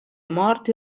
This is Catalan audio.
mort